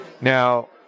Now